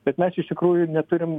bet mes iš tikrųjų neturim